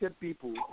people